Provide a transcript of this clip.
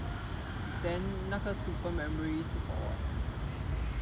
then 那个 super memories for what